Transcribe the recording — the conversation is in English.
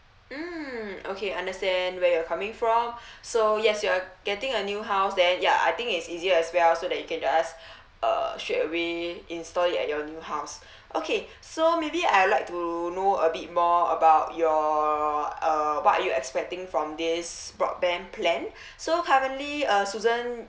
mm okay understand where you're coming from so yes you are getting a new house then ya I think it's easier as well so that you can just uh straightaway install it at your new house okay so maybe I would like to know a bit more about your uh what you expecting from this broadband plan so currently uh susan